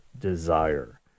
desire